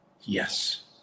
Yes